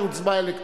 האם הורדת את